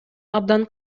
абдан